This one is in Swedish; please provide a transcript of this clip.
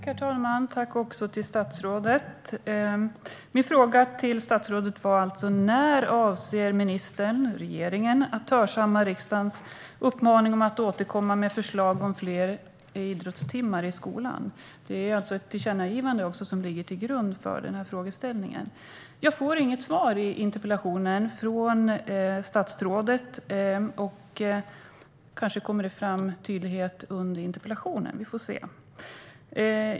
Herr talman! Tack, statsrådet, för svaret! Min fråga till statsrådet var alltså: När avser ministern och regeringen att hörsamma riksdagens uppmaning att återkomma med förslag om fler idrottstimmar i skolan? Det är också ett tillkännagivande som ligger till grund för frågeställningen. Jag får inget svar i interpellationssvaret från statsrådet. Kanske kommer det fram under debatten - vi får se.